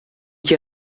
ket